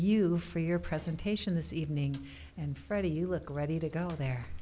you for your presentation this evening and friday you look ready to go there